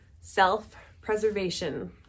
self-preservation